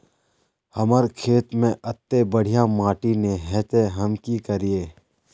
हमर खेत में अत्ते बढ़िया माटी ने है ते हम की करिए?